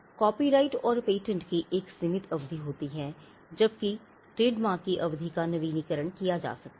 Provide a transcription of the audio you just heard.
copyright और patent की एक सीमित अवधि होती है जबकि ट्रेडमार्क की अवधि का नवीनीकरण किया जा सकता है